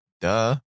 Duh